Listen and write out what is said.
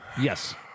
Yes